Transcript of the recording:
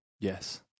Yes